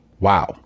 Wow